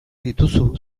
dituzu